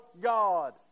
God